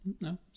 No